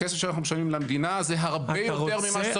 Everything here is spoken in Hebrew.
הכסף שאנחנו משלמים למדינה זה הרבה יותר ממה שצריך